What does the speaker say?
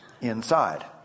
inside